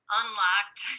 unlocked